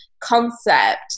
concept